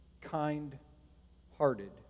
kind-hearted